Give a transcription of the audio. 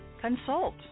Consult